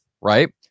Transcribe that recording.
right